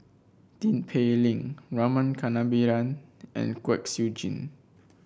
Tin Pei Ling Rama Kannabiran and Kwek Siew Jin